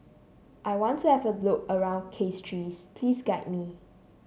I want to have a look around Castries please guide me